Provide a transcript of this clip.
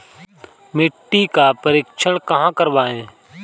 मिट्टी का परीक्षण कहाँ करवाएँ?